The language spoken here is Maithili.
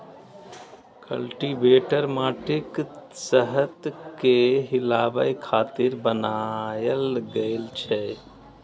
कल्टीवेटर माटिक सतह कें हिलाबै खातिर बनाएल गेल छै